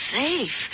safe